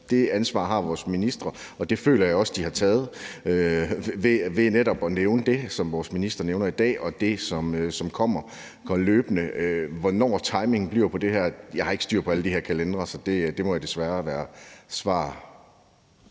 Det ansvar har vores ministre, og det føler jeg også de har taget ved netop at nævne det, som vores minister nævner i dag, og det, som kommer løbende. Hvordan timingen bliver på det her, kan jeg desværre ikke svare på; jeg har ikke styr